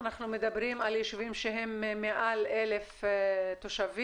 אנחנו מדברים על ישובים שהם מעל 1,000 תושבים.